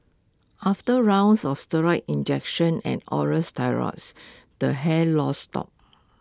after rounds of steroid injections and oral steroids the hair loss stopped